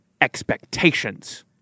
expectations